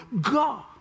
go